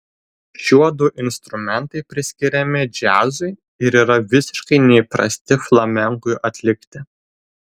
šiuodu instrumentai priskiriami džiazui ir yra visiškai neįprasti flamenkui atlikti